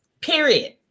Period